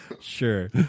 Sure